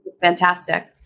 Fantastic